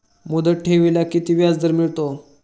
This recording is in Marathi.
मुदत ठेवीला किती व्याजदर मिळतो?